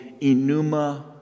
enuma